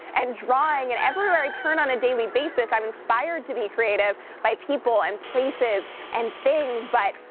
and drawing. and everywhere i turn on a daily basis, i'm inspired to be creative by people and places and things. but,